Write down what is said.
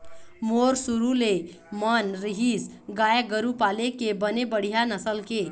मोर शुरु ले मन रहिस गाय गरु पाले के बने बड़िहा नसल के